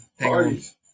Parties